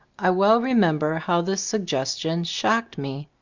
i well remember how this suggestion shocked me.